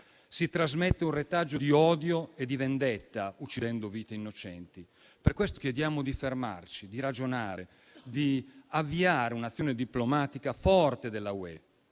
Si trasmette un retaggio di odio e di vendetta uccidendo vite innocenti. Per questo chiediamo di fermarci, di ragionare, di avviare un'azione diplomatica forte dell'Unione